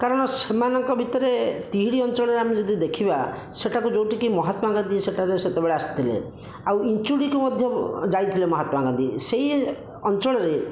କାରଣ ସେମାନଙ୍କ ଭିତରେ ତିିହିଡ଼ି ଅଞ୍ଚଳରେ ଆମେ ଯଦି ଦେଖିବା ସେଠାକୁ ଯେଉଁଠିକି ମହାତ୍ମା ଗାନ୍ଧୀ ସେଠାରେ ସେତେବେଳେ ଆସିଥିଲେ ଆଉ ଇଞ୍ଚୁଡ଼ିକୁ ମଧ୍ୟ ଯାଇଥିଲେ ମହାତ୍ମା ଗାନ୍ଧୀ ସେହି ଅଞ୍ଚଳରେ